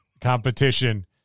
competition